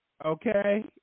Okay